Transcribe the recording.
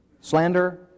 slander